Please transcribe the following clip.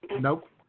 nope